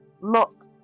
look